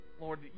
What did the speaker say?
Lord